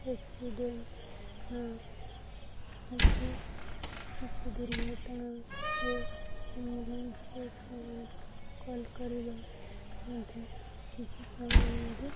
accident ନା କିଛି କିଛି ଦୁର୍ଘଟଣାରେ ଆମ୍ବୁଲାନ୍ସକୁ ସମୟ କଲ୍ କରିବା ମଧ୍ୟ କିଛି ସମୟରେ